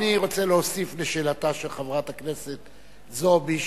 אני רוצה להוסיף לשאלתה של חברת הכנסת זועבי,